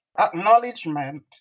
acknowledgement